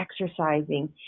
exercising